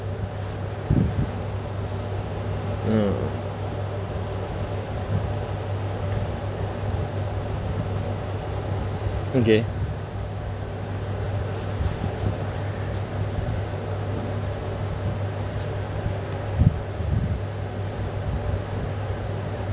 mm okay